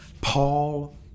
Paul